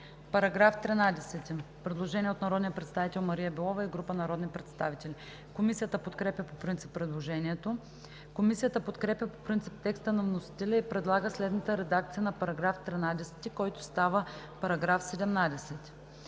По § 13 има предложение от народния представител Мария Белова и група народни представители. Комисията подкрепя по принцип предложението. Комисията подкрепя по принцип текста на вносителя и предлага следната редакция на § 13, който става § 17: „§ 17.